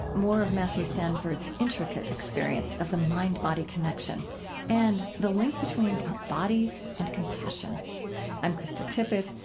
more of matthew sanford's intricate experience of the mind-body connection and the link between our bodies and compassion i'm krista tippett.